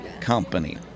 company